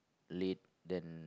late than